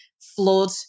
flood